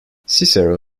cicero